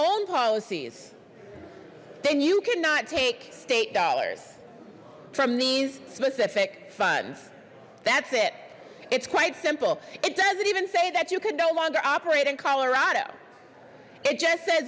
own policies then you cannot take state dollars from these specific funds that's it it's quite simple it doesn't even say that you could no longer operate in colorado it just sa